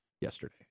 yesterday